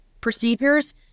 procedures